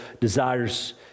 desires